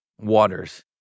waters